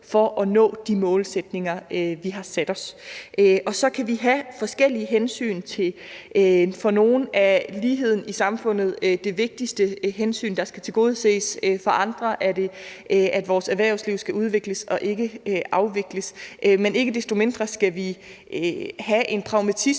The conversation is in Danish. for at nå de målsætninger, vi har sat os. Så kan vi have forskellige hensyn. For nogle er ligheden i samfundet det vigtigste hensyn, der skal tilgodeses. For andre er det, at vores erhvervsliv skal udvikles og ikke afvikles, men ikke desto mindre skal vi have en pragmatisme